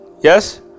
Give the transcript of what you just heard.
yes